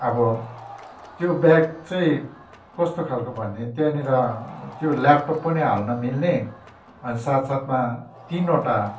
अब त्यो ब्याग चाहिँ कस्तो खालको भनेदेखि त्यहाँनिर त्यो ल्यापटप पनि हाल्न मिल्ने अनि साथ साथमा तिनवटा